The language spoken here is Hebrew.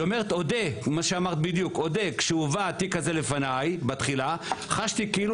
היא אומרת "אודה כשהובא התיק הזה לפניי בתחילה חשתי כאילו